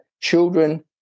children